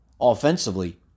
offensively